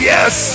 Yes